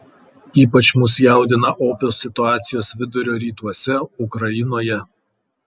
ypač mus jaudina opios situacijos vidurio rytuose ukrainoje